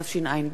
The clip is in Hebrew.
התשע"ב